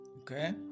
Okay